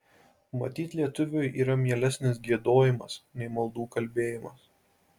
matyt lietuviui yra mielesnis giedojimas nei maldų kalbėjimas